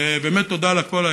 באמת תודה על הכול.